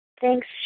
Thanks